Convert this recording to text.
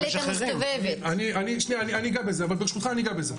ברשותך, אני מבטיח לגעת גם בזה.